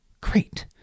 Great